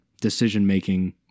decision-making